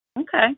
Okay